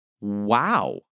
wow